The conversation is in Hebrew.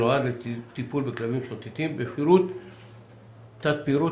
שנועד לטפול בכלבים משוטטים עם תת פירוט